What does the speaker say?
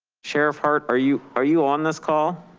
sheriff hart. are you, are you on this call?